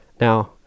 Now